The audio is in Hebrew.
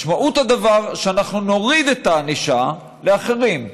משמעות הדבר שאנחנו נוריד את הענישה לאחרים,